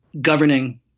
governing